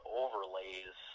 overlays